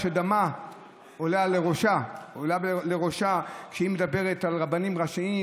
איך דמה עולה לראשה כשהיא מדברת על רבנים ראשיים,